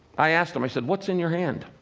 i asked them, i said, what's in your hand?